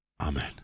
Amen